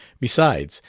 besides,